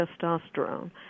testosterone